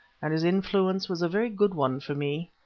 and his influence was a very good one for me.